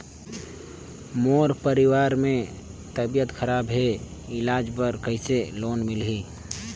मोर परवार मे तबियत खराब हे इलाज बर कइसे लोन मिलही?